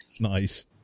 Nice